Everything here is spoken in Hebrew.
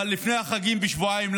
אבל לפני החגים בשבועיים?